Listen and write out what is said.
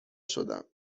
شدم